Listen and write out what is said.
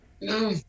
no